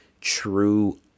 true